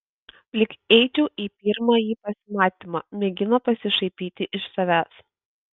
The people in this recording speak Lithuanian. lyg eičiau į pirmąjį pasimatymą mėgino pasišaipyti iš savęs